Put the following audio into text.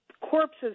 corpses